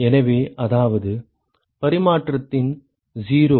எனவே அதாவது பரிமாற்றத்திறன் 0